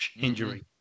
injury